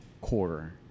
quarter